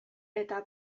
eta